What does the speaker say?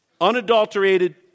unadulterated